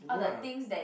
you go lah